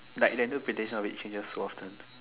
like the interpretation of it changes so often